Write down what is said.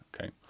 Okay